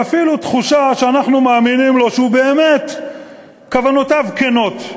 ואפילו תחושה שאנחנו מאמינים לו שבאמת כוונותיו כנות.